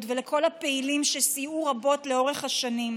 ולכל הפעילים שסייעו רבות לאורך השנים: